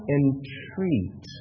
entreat